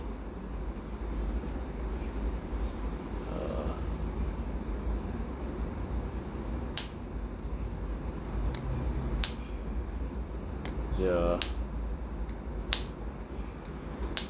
uh yeah